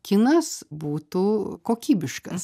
kinas būtų kokybiškas